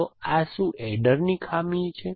તો શું આ એડરખામીયુક્ત છે